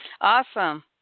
Awesome